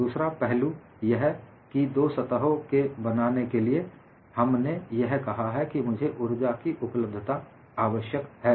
दूसरा पहलू यह कि दो सतहों के बनाने के लिए हम ने यह कहा है कि मुझे ऊर्जा की उपलब्धता आवश्यक है